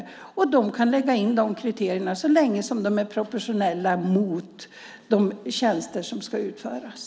Kommunerna kan lägga in de kriterierna så länge som de är professionella i fråga om de tjänster som ska utföras.